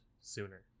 sooner